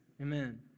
Amen